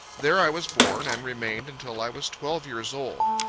there i was born, and remained until i was twelve years old.